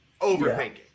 Overthinking